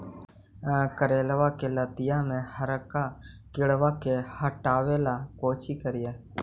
करेलबा के लतिया में हरका किड़बा के हटाबेला कोची करिए?